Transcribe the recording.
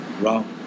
wrong